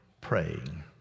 Praying